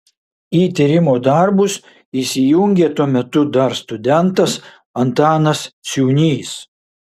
į tyrimo darbus įsijungė tuo metu dar studentas antanas ciūnys